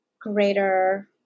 greater